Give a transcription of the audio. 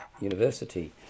University